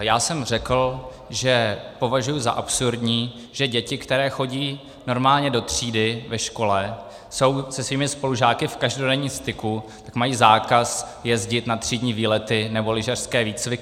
Já jsem řekl, že považuji za absurdní, že děti, které chodí normálně do třídy ve škole, jsou se svými spolužáky v každodenním styku, mají zákaz jezdit na třídní výlety nebo lyžařské výcviky.